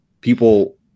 people